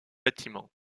bâtiment